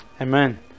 Amen